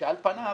שעל פניו